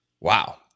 Wow